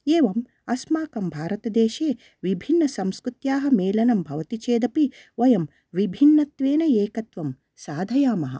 एवम् अस्माकं भारतदेशे विभिन्नसंस्कृत्याः मेलनं भवति चेत् अपि वयं विभिन्नत्वेन एकत्वं साधयामः